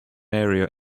area